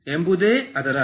ಎಂಬುವುದೇ ಅದರ ಅರ್ಥ